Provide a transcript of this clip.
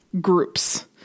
groups